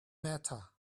matter